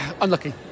unlucky